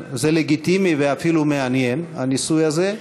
זה לגיטימי ואפילו מעניין, הניסוי הזה,